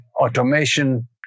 automation